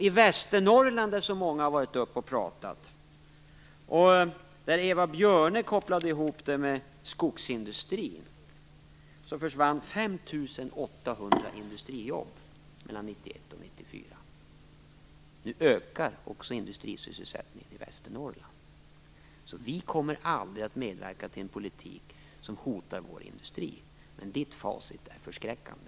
I Västernorrland, som så många har talat om, bl.a. Eva Björne som gjorde en koppling till skogsindustrin, försvann 5 800 industrijobb mellan 1991 och 1994. Nu ökar också industrisysselsättningen i Västernorrland. Vi kommer aldrig att medverka till en politik som hotar vår industri, men Elizabeth Nyströms facit är förskräckande.